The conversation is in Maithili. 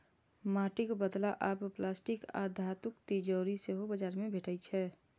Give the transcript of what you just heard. माटिक बदला आब प्लास्टिक आ धातुक तिजौरी सेहो बाजार मे भेटै छै